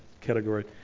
category